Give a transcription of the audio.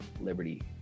Liberty